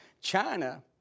China